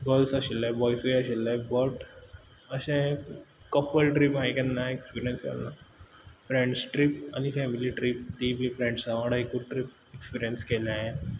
girls आशिल्ले बॉयजूय आशिल्ले बट अशें कपल ट्रीप हांयें केन्ना एक्सपिरीयन्स केल ना फ्रँडस ट्रीप आनी फॅमिली ट्रीप ती बी फ्रॅण्सां वांगडा एकूत ट्रीप एक्सपिरीयन्स केल्या हांयें